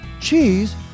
cheese